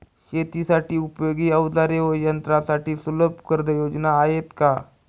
शेतीसाठी उपयोगी औजारे व यंत्रासाठी सुलभ कर्जयोजना आहेत का?